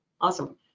Awesome